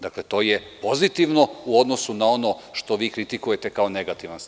Dakle, to je pozitivno u odnosu na ono što vi kritikujete kao negativan stav.